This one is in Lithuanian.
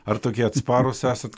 ar tokie atsparūs esat